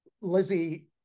Lizzie